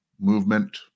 Movement